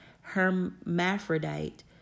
hermaphrodite